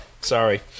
Sorry